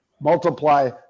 multiply